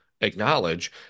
acknowledge